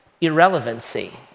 irrelevancy